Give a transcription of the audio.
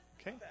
Okay